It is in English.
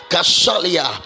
Kashalia